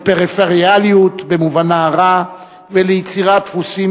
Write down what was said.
לפריפריאליות במובנה הרע וליצירת דפוסים